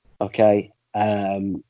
okay